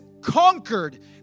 conquered